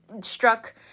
struck